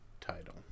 title